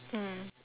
mm